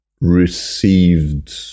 received